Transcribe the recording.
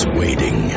waiting